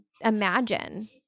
imagine